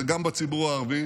זה גם בציבור הערבי